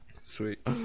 sweet